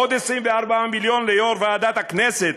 עוד 24 מיליון ליו"ר ועדת הכנסת,